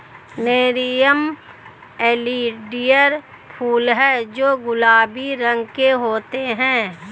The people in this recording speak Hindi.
नेरियम ओलियंडर फूल हैं जो गुलाबी रंग के होते हैं